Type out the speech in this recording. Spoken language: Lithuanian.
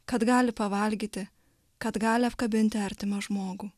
kad gali pavalgyti kad gali apkabinti artimą žmogų